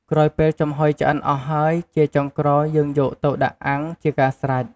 ក្រោយពេលចំហុយឆ្អិនអស់ហើយ ជាចុងក្រោយយើងយកទៅដាក់អាំង ជាការស្រេច។